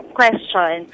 question